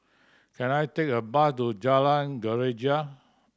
can I take a bus to Jalan Greja